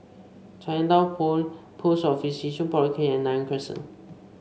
Chinatown Point Post Office Yishun Polyclinic and Nanyang Crescent